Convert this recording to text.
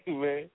man